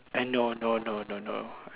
I know no no no no I